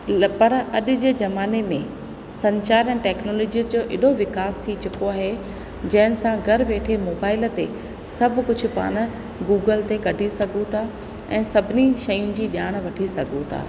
ल पर अॼ जे ज़माने में संचार ऐं टेक्नोलॉजीअ जो एॾो विकास थी चुको आहे जंहिंसां घर वेठे मोबाइल ते सभु कुझु पाण गूगल ते कढी सघूं था ऐं सभिनी शयुनि जी ॼाण वठी सघूं था